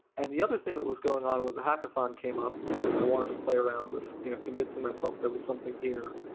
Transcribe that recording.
and the other thing that was going on was hackathon came up and i wanted to play around with convincing myself there was something here.